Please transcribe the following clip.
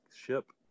ship